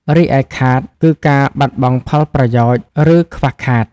រីឯ "ខាត" គឺការបាត់បង់ផលប្រយោជន៍ ឬខ្វះខាត។